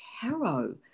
tarot